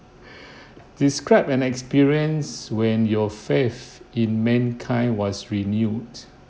describe an experience when your faith in mankind was renewed